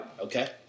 Okay